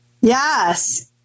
yes